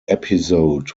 episode